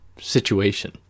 situation